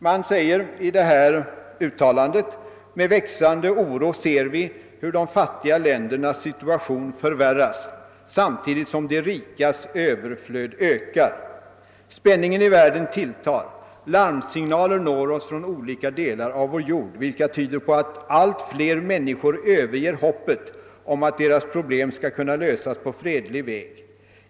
Man säger i detta uttalande: »Med växande oro ser vi, hur de fattiga ländernas situation förvärras samtidigt som de rikas överflöd ökar. Spänningen i världen tilltar. Larmsignaler når oss från olika delar av vår jord, vilka tyder på att allt fler människor överger hoppet om att deras problem skall kunna lösas på fredlig väg.